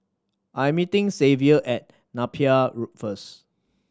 I am meeting Xavier at Napier first